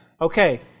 Okay